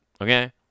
Okay